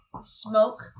Smoke